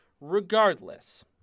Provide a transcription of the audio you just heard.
Regardless